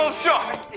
should